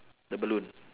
the balloon